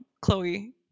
Chloe